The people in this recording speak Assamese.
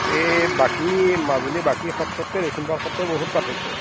এই বাকী মাজুলী বাকী সত্ৰতকৈ দক্ষিণপাট সত্ৰৰ বহুত পাৰ্থক্য